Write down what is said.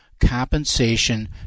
compensation